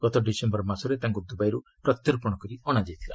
ଗତ ଡିସେୟର ମାସରେ ତାଙ୍କୁ ଦୁବାଇରୁ ପ୍ରତ୍ୟର୍ପଣ କରି ଅଣାଯାଇଥିଲା